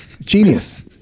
Genius